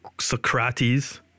Socrates